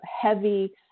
heavy